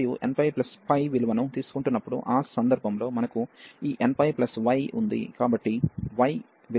మరియు nππ విలువను తీసుకుంటున్నప్పుడు ఆ సందర్భంలో మనకు ఈ nπ y ఉంది కాబట్టి y విలువను గా తీసుకుంటుంది